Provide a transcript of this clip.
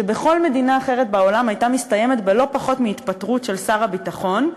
שבכל מדינה אחרת בעולם הייתה מסתיימת בלא פחות מהתפטרות של שר הביטחון.